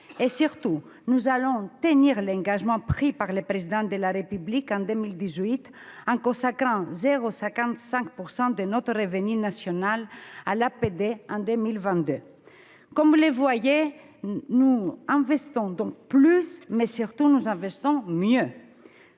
Surtout, nous allons tenir l'engagement pris par le Président de la République en 2018, en consacrant 0,55 % de notre revenu national à l'APD en 2022. Comme vous le voyez, nous investissons donc plus, mais surtout nous investissons mieux.